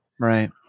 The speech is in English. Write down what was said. Right